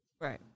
right